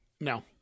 No